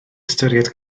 ystyried